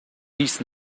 dies